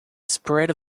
spread